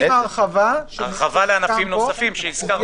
עם ההרחבה --- הרחבה לענפים נוספים שהזכרנו.